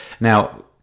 Now